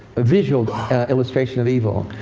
visual illustrations of evil.